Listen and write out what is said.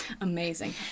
Amazing